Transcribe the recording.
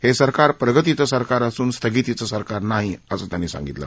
हे सरकार प्रगतीचं सरकार असून स्थगितीचं सरकार नाही असं त्यांनी सांगितलं